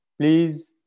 please